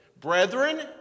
Brethren